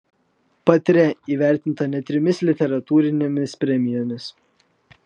patria įvertinta net trimis literatūrinėmis premijomis